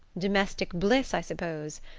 domestic bliss, i suppose?